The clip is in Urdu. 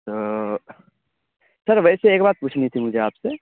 تو سر ویسے ایک بات پوچھنی تھی مجھے آپ سے